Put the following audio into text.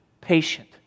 patient